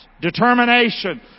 determination